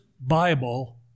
Bible